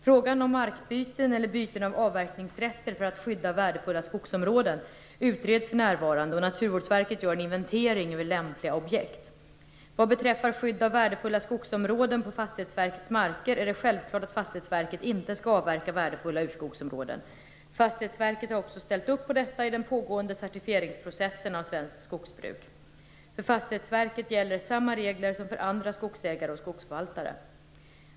Frågan om markbyten eller byten av avverkningsrätter för att skydda värdefulla skogsområden utreds för närvarande, och Naturvårdsverket gör en inventering över lämpliga objekt. Vad beträffar skydd av värdefulla skogsområden på Fastighetsverkets marker är det självklart att Fastighetsverket inte skall avverka värdefulla urskogsområden. Fastighetsverket har också ställt upp på detta i den pågående certifieringsprocessen av svenskt skogsbruk. För Fastighetsverket gäller samma regler som för andra skogsägare och skogsförvaltare.